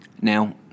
Now